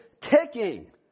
ticking